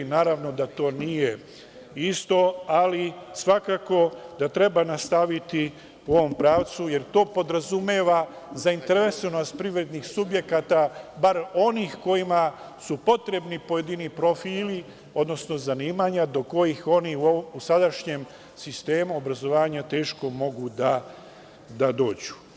Naravno da to nije isto, ali svakako da treba nastaviti u ovom pravcu, jer to podrazumeva zainteresovanost privrednih subjekata, bar onih kojima su potrebni pojedini profili, odnosno zanimanja do kojih oni u sadašnjem sistemu obrazovanja teško mogu da dođu.